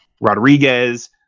Rodriguez